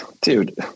Dude